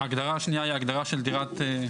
ההגדרה השנייה היא הגדרה של דירת מגורים.